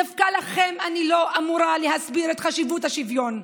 דווקא לכם אני לא אמורה להסביר את חשיבות השוויון.